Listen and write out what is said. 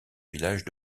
village